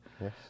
Yes